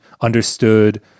understood